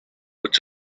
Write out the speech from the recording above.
but